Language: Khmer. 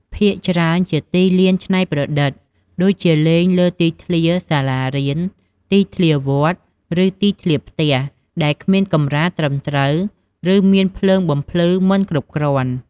ភាគច្រើនជាទីលានច្នៃប្រឌិត ដូចជាលេងលើទីធ្លាសាលារៀន ទីធ្លាវត្ត ឬទីធ្លាផ្ទះ ដែលគ្មានកម្រាលត្រឹមត្រូវ ឬមានភ្លើងបំភ្លឺមិនគ្រប់គ្រាន់។